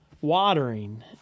watering